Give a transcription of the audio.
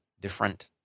different